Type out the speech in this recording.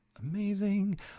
amazing